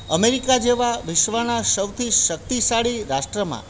America જેવા વિશ્વના સૌથી શક્તિશાળી રાષ્ટ્રમાં